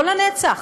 לא לנצח,